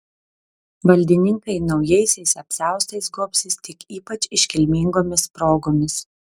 valdininkai naujaisiais apsiaustais gobsis tik ypač iškilmingomis progomis